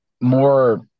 more